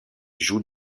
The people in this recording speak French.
joue